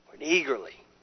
Eagerly